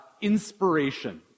inspiration